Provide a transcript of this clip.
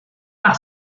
par